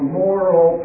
moral